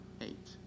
eight